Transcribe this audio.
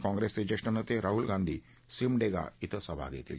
काँग्रेसचे ज्येष्ठ नेते राहुल गांधी सिमडेगा इथं सभा घेतील